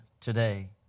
today